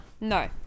no